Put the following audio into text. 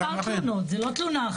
אבל יש מספר תלונות, זה לא תלונה אחת.